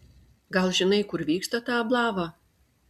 gal žinai kur vyksta ta ablava